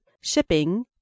Shipping